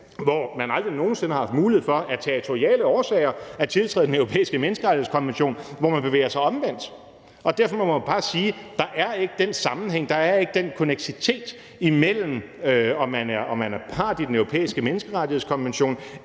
som aldrig nogen sinde af territoriale årsager har haft mulighed for at tiltræde Den Europæiske Menneskerettighedskonvention, og hvor man bevæger sig i omvendt retning. Derfor må man bare sige, at der ikke er den sammenhæng, ikke er den konneksitet imellem, at man er part i Den Europæiske Menneskerettighedskonvention,